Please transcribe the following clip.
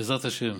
בעזרת השם.